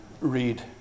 read